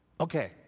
Okay